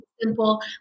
simple